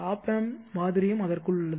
op amp மாதிரியும் அதற்குள் உள்ளது